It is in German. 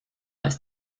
ist